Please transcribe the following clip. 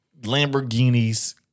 Lamborghinis